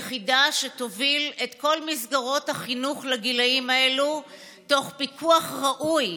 יחידה שתוביל את כל מסגרות החינוך לגילים האלה בפיקוח ראוי,